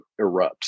erupts